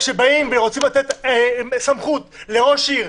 אבל כשרוצים לתת סמכות לראש עירייה,